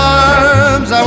arms